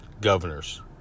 Governors